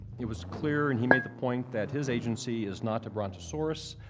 it was clear, and he made the point, that his agency is not to brought-to-source,